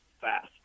fast